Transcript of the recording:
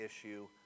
issue